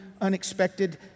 unexpected